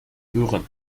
hören